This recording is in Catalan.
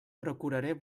procuraré